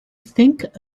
think